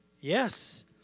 Yes